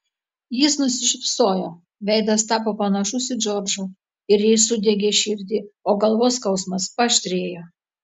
jis nusišypsojo veidas tapo panašus į džordžo ir jai sudiegė širdį o galvos skausmas paaštrėjo